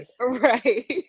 Right